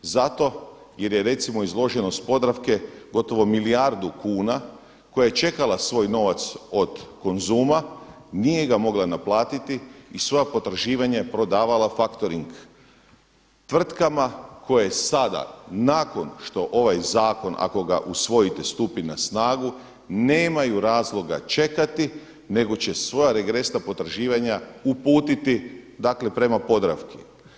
Zato jer je recimo izloženost Podravke gotovo milijardu kuna koja je čekala svoj novac od Konzuma, nije ga mogla naplatiti i svoja potraživanja je prodavala faktoring tvrtkama koje sada nakon što ovaj zakon ako ga usvojite stupi na snagu nemaju razloga čekati, nego će svoja regresna potraživanja uputiti, dakle prema Podravki.